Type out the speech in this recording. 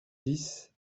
dix